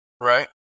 Right